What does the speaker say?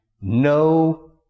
No